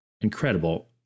incredible